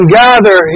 gather